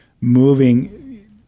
moving